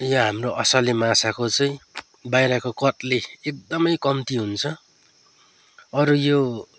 यहाँ हाम्रो असले माछाको चाहिँ बाहिरको कत्ले एकदमै कम्ती हुन्छ अरू यो